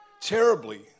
terribly